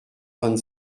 vingt